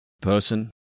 person